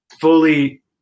fully